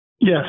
Yes